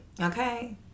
Okay